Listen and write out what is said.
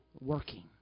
working